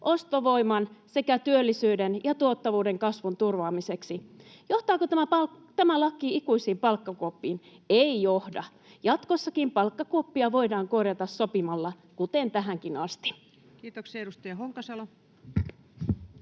ostovoiman sekä työllisyyden ja tuottavuuden kasvun turvaamiseksi. Johtaako tämä laki ikuisiin palkkakuoppiin? Ei johda. Jatkossakin palkkakuoppia voidaan korjata sopimalla, kuten tähänkin asti. Kiitoksia. — Edustaja Honkasalo.